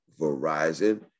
Verizon